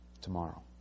tomorrow